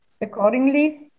accordingly